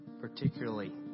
Particularly